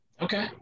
Okay